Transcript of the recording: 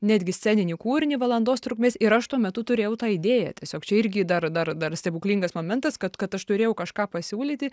netgi sceninį kūrinį valandos trukmės ir aš tuo metu turėjau tą idėją tiesiog čia irgi dar dar dar stebuklingas momentas kad kad aš turėjau kažką pasiūlyti